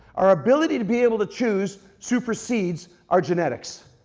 our ability to be able to choose supersedes our genetics.